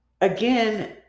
again